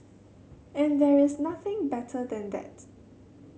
and there's nothing better than that